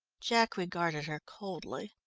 jack regarded her coldly.